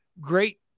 great